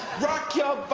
rock your